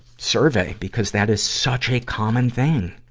survey, because that is such a common thing.